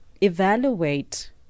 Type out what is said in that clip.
evaluate